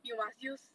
you must use